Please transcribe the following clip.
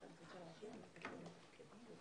מתכוונים לסגור וכמו שנאמר כאן לפני לא להעתיק לשום מקום אחר.